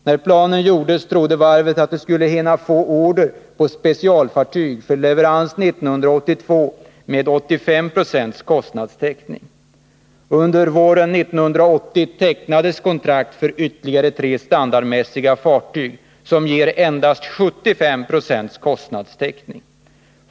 När planen gjordes trodde varvet att det skulle hinna få order på specialfartyg för leverans 1982 med 85 26 kostnadstäckning. Under våren 1980 tecknades kontrakt för ytterligare tre standardmässiga fartyg som ger endast 75 90 kostnadstäckning.